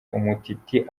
umtiti